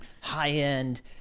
high-end